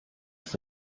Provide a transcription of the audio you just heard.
ist